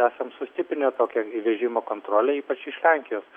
esam susitiprinę tokio įvežimo kontrolė ypač iš lenkijos